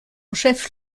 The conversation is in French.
chef